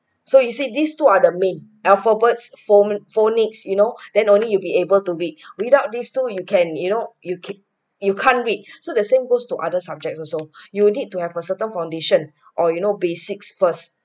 so you say this two are the main alphabets phone phonic you know then only you'll be able to read without these two you can you know you can you can't read so the same goes to other subjects also you need to have a certain foundation or you know basic first